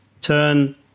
turn